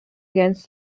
against